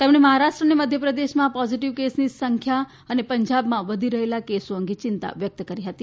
તેમણે મહારાષ્ટ્ર અને મધ્યપ્રદેશમાં પોઝિટિવ કેસની સંખ્યા અને પંજાબમાં વધી રહેલા કેસો અંગે ચિંતા વ્યક્ત કરી હતી